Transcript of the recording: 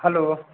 hello